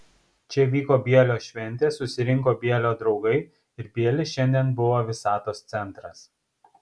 čia vyko bielio šventė susirinko bielio draugai ir bielis šiandien buvo visatos centras